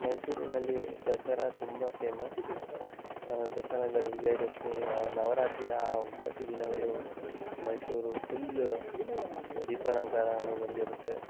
ಮೈಸೂರಿನಲ್ಲಿ ದಸರಾ ತುಂಬ ಫೇಮಸ್ ದಸರಾ ಎಂದರೆ ವಿಜಯದಶಮಿಯ ನವರಾತ್ರಿಯ ಆ ಒಂಬತ್ತು ದಿನಗಳು ಮೈಸೂರು ಫುಲ್ ದೀಪಾಲಂಕಾರನು ಹೊಂದಿರತ್ತೆ